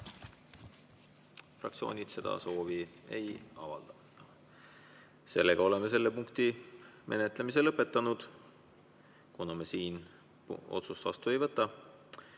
läbirääkimise soovi ei avalda. Seega oleme selle punkti menetlemise lõpetanud, kuna me siin otsust vastu ei võta.